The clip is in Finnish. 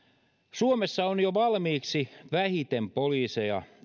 suomessa on jo valmiiksi vähiten poliiseja